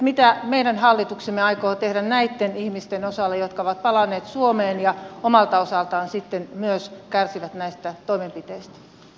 mitä meidän hallituksemme aikoo tehdä näitten ihmisten osalta jotka ovat palanneet suomeen ja omalta osaltaan sitten myös kärsivät näistä toimenpiteistä